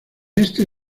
este